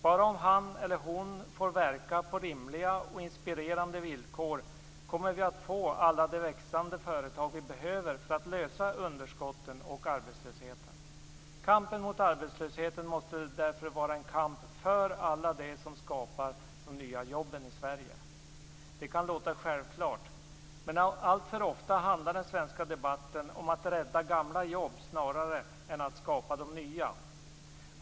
Bara om han eller hon får verka på rimliga och inspirerande villkor kommer vi att få alla de växande företag vi behöver för att lösa underskotten och arbetslösheten. Kampen mot arbetslösheten måste därför vara en kamp för alla dem som skapar de nya jobben i Sverige. Det kan låta självklart, men alltför ofta handlar den svenska debatten om att rädda gamla jobb snarare än att skapa nya.